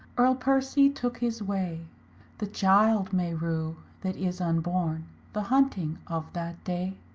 erle percy took his way the child may rue that is unborne the hunting of that day.